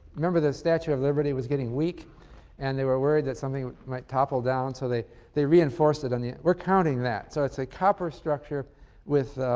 remember, the statue of liberty was getting weak and they were worried that something might topple down, so they they reinforced it and we're counting that. so, it's a copper structure with